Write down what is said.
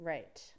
Right